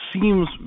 seems